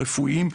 בוודאי הרפואיים,